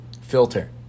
Filter